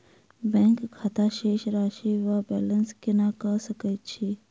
Bank खाता शेष राशि वा बैलेंस केना कऽ सकय छी?